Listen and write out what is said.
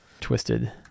twisted